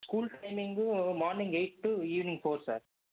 school timing morning eight to evening four sir